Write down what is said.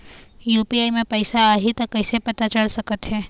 UPI म पैसा आही त कइसे पता चल सकत हे?